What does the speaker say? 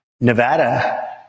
Nevada